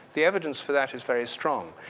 the evidence for that is very strong.